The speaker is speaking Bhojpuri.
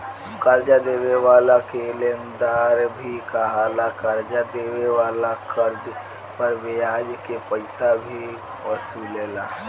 कर्जा देवे वाला के लेनदार भी कहाला, कर्जा देवे वाला कर्ज पर ब्याज के पइसा भी वसूलेला